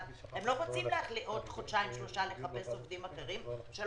הם לא רוצים לחפש עובדים חדשים עוד חודשיים שלושה,